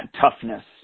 toughness